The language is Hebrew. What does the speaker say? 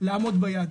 לעמוד ביעדים.